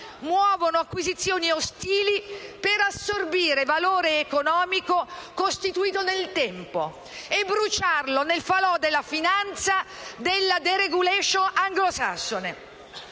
muovono acquisizioni ostili per assorbire valore economico costituito nel tempo e bruciarlo nel falò della finanza della *deregulation* anglosassone.